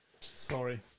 sorry